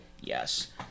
yes